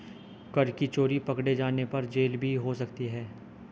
कर की चोरी पकडे़ जाने पर जेल भी हो सकती है